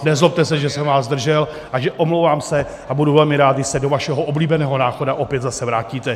Nezlobte se, že jsem vás zdržel, omlouvám se a budu velmi rád, když se do vašeho oblíbeného Náchoda opět zase vrátíte.